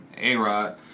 A-Rod